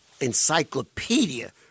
encyclopedia